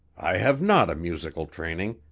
i have not a musical training,